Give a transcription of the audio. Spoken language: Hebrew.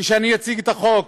כשאציג את החוק